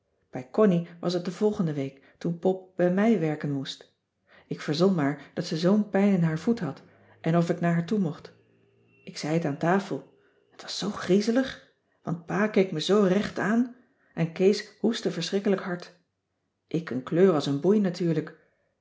bij connie was t de volgende week toen pop bij mij werken moest ik verzon maar dat ze zoo'n pijn in haar voet had en of ik naar haar toe mocht ik zei t aan tafel en t was zoo griezelig want pa keek me zoo recht aan en kees hoestte verschrikkelijk hard ik een kleur als een boei natuurlijk